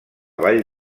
vall